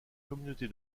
communauté